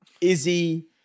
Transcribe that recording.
Izzy